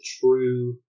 true